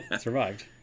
Survived